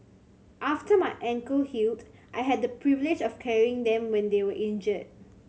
after my ankle healed I had the privilege of carrying them when they were injured